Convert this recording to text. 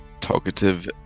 Talkative